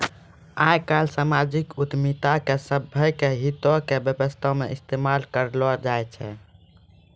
आइ काल्हि समाजिक उद्यमिता के सभ्भे के हितो के व्यवस्था मे इस्तेमाल करलो जाय छै